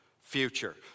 future